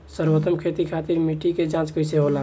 सर्वोत्तम खेती खातिर मिट्टी के जाँच कईसे होला?